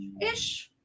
ish